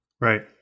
Right